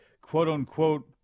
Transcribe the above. quote-unquote